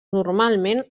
normalment